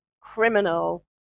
criminal